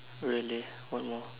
really one more